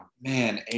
man